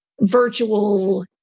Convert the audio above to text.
virtual